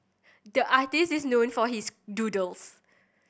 the artist is known for his doodles